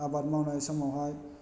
आबाद मावनाय समावहाय